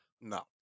no